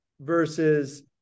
versus